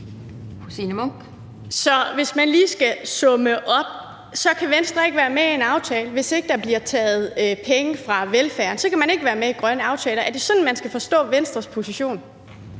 Hvis man lige skal summere det op, så kan Venstre ikke være med i grønne aftaler, hvis der ikke bliver taget penge fra velfærden. Ellers kan Venstre ikke være med i grønne aftaler. Er det sådan, man skal forstå Venstres position?